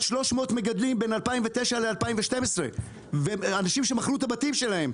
300 מגדלים בין 2009 ל-2012 ואנשים שמכרו את הבתים שלהם.